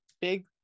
big